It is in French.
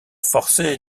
forcé